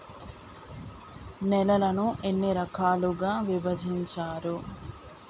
నేలలను ఎన్ని రకాలుగా విభజించారు?